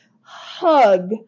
hug